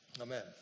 Amen